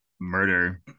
murder